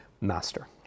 master